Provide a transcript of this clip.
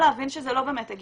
כי אתם אנשי מקצוע רציניים,